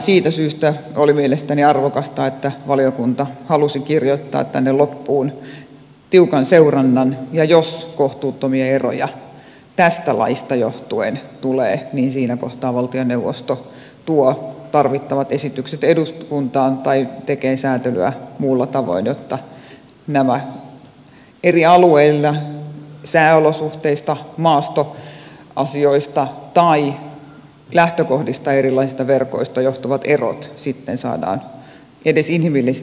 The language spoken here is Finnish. siitä syystä oli mielestäni arvokasta että valiokunta halusi kirjoittaa tänne loppuun tiukan seurannan ja jos kohtuuttomia eroja tästä laista johtuen tulee niin siinä kohtaa valtioneuvosto tuo tarvittavat esitykset eduskuntaan tai tekee sääntelyä muulla tavoin jotta nämä eri alueilla sääolosuhteista maastoasioista tai lähtökohdista erilaisista verkoista johtuvat erot sitten saadaan edes inhimillisesti tasattua